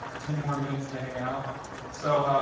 ten more minutes to hang out so,